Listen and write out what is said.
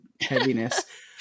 heaviness